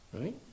Right